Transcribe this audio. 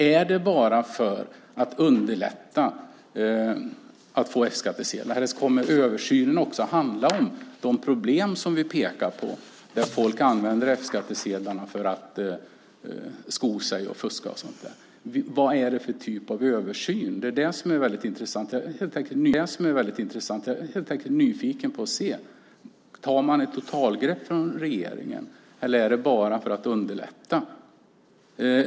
Är det för att underlätta att få F-skattsedel eller kommer översynen också att handla om de problem som vi pekar på när folk använder F-skattsedlarna för att sko sig och fuska? Vad är det för typ av översyn? Det är intressant. Jag är helt enkelt nyfiken på att se om man tar ett totalgrepp från regeringen eller om det bara är för att underlätta.